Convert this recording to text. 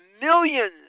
millions